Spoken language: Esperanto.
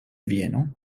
vieno